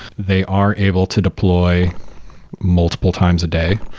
they are able to deploy multiple times a day.